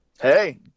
hey